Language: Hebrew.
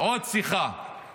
עוד שיחה